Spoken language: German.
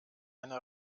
eine